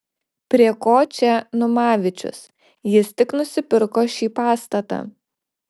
prie ko čia numavičius jis tik nusipirko šį pastatą